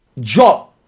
job